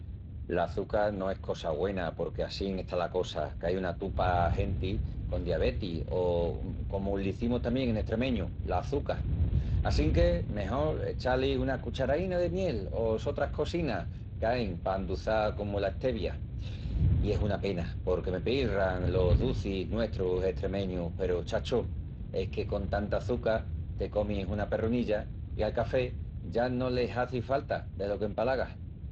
L'açuca no es cosa güena porque assín está la cosa qu'ai una tupa genti con diabeti o, comu l'izimus tamién en estremeñu, l'açuca. Assinque mejol echá-li una cucharaína de miel o sotras cosinas qu'ain pa enduçal comu la stevia. I es una pena porque me pilran los ducis nuestrus estremeñus peru, chacho, es que con tanta açuca, te comis una perrunilla i al café ya no le hazi falta delo qu'empalaga.